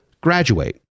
graduate